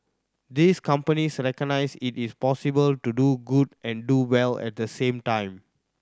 these companies recognise it is possible to do good and do well at the same time